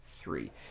Three